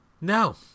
No